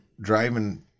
driving